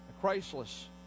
Christless